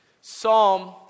Psalm